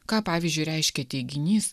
ką pavyzdžiui reiškia teiginys